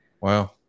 Wow